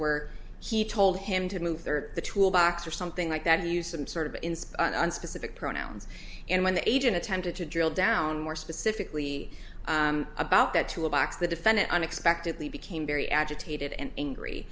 were he told him to move there or the tool box or something like that he used some sort of specific pronouns and when the agent attempted to drill down more specifically about that tool box the defendant unexpectedly became very agitated and angry